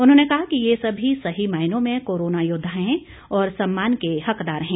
उन्होंने कहा कि ये सभी सही मायनों में कोरोना योद्वा हैं और सम्मान के हकदार हैं